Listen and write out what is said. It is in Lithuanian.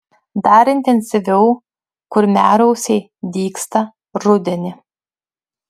dar intensyviau kurmiarausiai dygsta rudenį